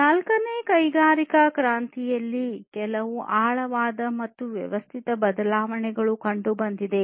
ನಾಲ್ಕನೇ ಕೈಗಾರಿಕಾ ಕ್ರಾಂತಿಯಲ್ಲಿ ಕೆಲವು ಆಳವಾದ ಮತ್ತು ವ್ಯವಸ್ಥಿತ ಬದಲಾವಣೆ ಕಂಡುಬಂದಿದೆ